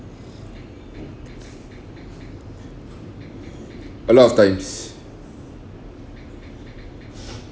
a lot of times